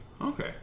Okay